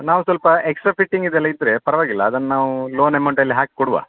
ನಾವು ಸೊಲ್ಪ ಎಕ್ಸ್ಟ್ರ ಫಿಟ್ಟಿಂಗಿದ ಎಲ್ಲ ಇದ್ದರೆ ಪರವಾಗಿಲ್ಲ ಅದನ್ನ ನಾವು ಲೋನ್ ಅಮೌಂಟಲ್ಲೇ ಹಾಕಿ ಕೊಡುವ